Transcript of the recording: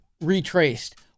Retraced